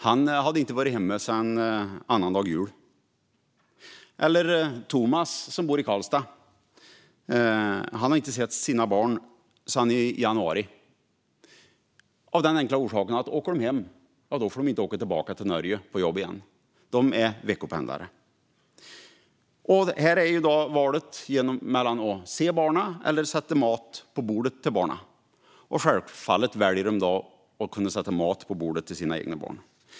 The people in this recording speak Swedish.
Han hade inte varit hemma sedan annandag jul. Och Tomas, som bor i Karlstad, har inte sett sina barn sedan januari. Den enkla orsaken är att om de åker hem får de inte åka tillbaka till Norge på jobb igen. De är veckopendlare. Här står valet mellan att se barnen och att sätta mat på bordet åt barnen. Självfallet väljer de då att kunna sätta mat på bordet åt sina egna barn.